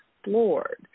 explored